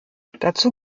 dazu